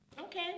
okay